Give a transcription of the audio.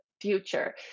future